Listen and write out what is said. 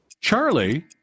Charlie